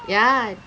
ya